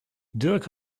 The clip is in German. dirk